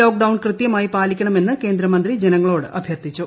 lockdown കൃത്യമായി പാലിക്കണമെന്ന് കേന്ദ്രമന്ത്രി ജനങ്ങളോട് അഭ്യർത്ഥിച്ചു